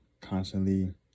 constantly